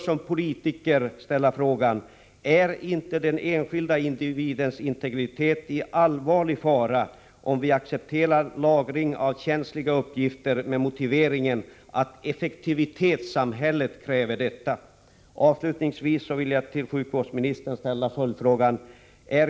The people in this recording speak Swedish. Som politiker bör vi ställa frågan: Är inte den enskilde individens integritet i allvarlig fara om vi accepterar lagring av känsliga uppgifter med motiveringen att effektivitetssamhället kräver detta?